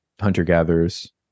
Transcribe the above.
hunter-gatherers